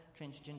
transgender